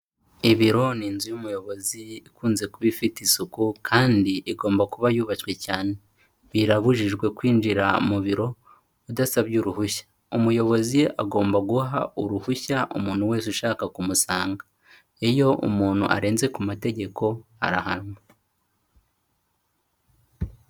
Ibiro ni inzu y'umuyobozi ikunze kuba ifite isuku kandi igomba kuba yubashywe cyane, birabujijwe kwinjira mu biro udasabye uruhushya, umuyobozi agomba guha uruhushya umuntu wese ushaka kumusanga, iyo umuntu arenze ku mategeko arahanwa.